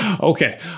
Okay